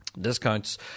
discounts